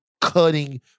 cutting